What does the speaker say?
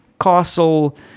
castle